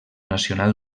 nacional